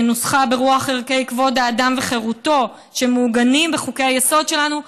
שנוסחה ברוח ערכי כבוד האדם וחירותו שמעוגנים בחוקי-היסוד שלנו,